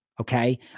Okay